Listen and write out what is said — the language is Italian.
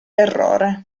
errore